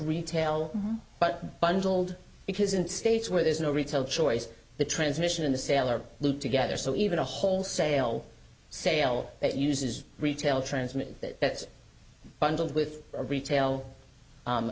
retail but bundled because in states where there is no retail choice the transmission in the sale or loop together so even a wholesale sale that uses retail transmit that bundled with a retail